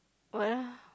what ah